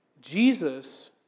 Jesus